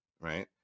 right